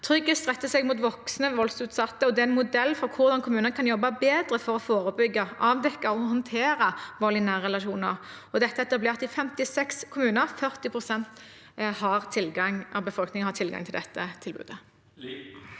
TryggEst retter seg mot voksne voldsutsatte, og det er en modell for hvordan kommunene kan jobbe bedre for å forebygge, avdekke og håndtere vold i nære relasjoner. Dette er etablert i 56 kommuner, så 40 pst. av befolkningen har tilgang til dette tilbudet.